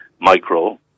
Micro